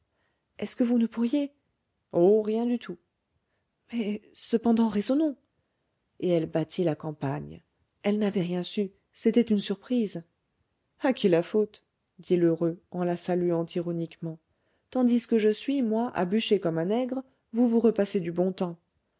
est-ce que vous ne pourriez oh rien du tout mais cependant raisonnons et elle battit la campagne elle n'avait rien su c'était une surprise à qui la faute dit lheureux en la saluant ironiquement tandis que je suis moi à bûcher comme un nègre vous vous repassez du bon temps